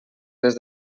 les